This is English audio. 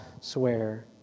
swear